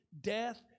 Death